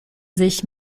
sich